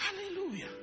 Hallelujah